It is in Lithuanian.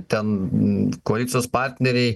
ten koalicijos partneriai